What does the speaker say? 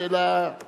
השאלה היא